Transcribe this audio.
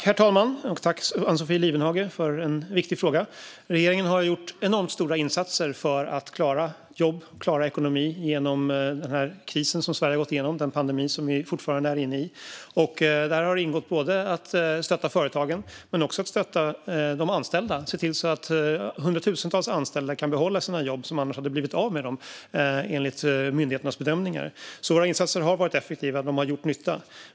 Herr talman! Tack, Ann-Sofie Lifvenhage, för en viktig fråga! Regeringen har gjort enormt stora insatser för att klara jobb och ekonomi genom den kris som Sverige har gått igenom, den pandemi som vi fortfarande är inne i. Där har ingått att stötta företagen men också att stötta de anställda och se till att hundratusentals anställda kunnat behålla sina jobb som annars hade blivit av med dem, enligt myndigheternas bedömningar. Våra insatser har alltså varit effektiva och gjort nytta.